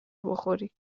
بخوری